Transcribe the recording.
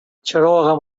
چراغم